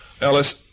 Ellis